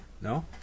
No